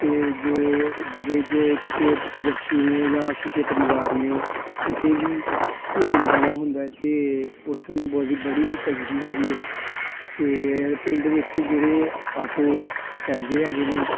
ਅਤੇ ਜੋ ਜਿਹਦੇ ਜੇ ਕਿਸੇ ਵਿਅਕਤੀ ਨੇ ਜਾਂ ਕਿਸੇ ਪਰਿਵਾਰ ਨੇ ਕਿਤੇ ਵੀ ਘੁੰਮਣ ਜਾਣਾ ਹੁੰਦਾ ਅਤੇ ਉਸ ਨੂੰ ਬੜੀ ਬੜੀ ਤੰਗੀ ਹੁੰਦੀ ਆ ਅਤੇ ਪਿੰਡ ਵਿੱਚ ਜਿਹੜੇ ਆਟੋ ਚਲਦੇ ਹੈਗੇ ਨੇ